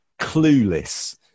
clueless